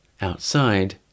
Outside